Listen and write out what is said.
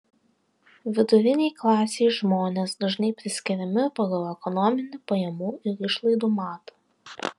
vidurinei klasei žmonės dažnai priskiriami pagal ekonominį pajamų ir išlaidų matą